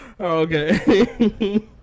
Okay